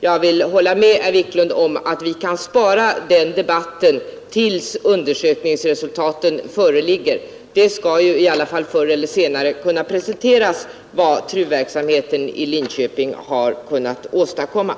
Jag vill hålla med herr Wiklund om att vi kan spara den debatten tills undersökningsresultatet föreligger. Vad TRU-verksamheten i Linköping kunnat åstadkomma skall i alla fall förr eller senare kunna presenteras.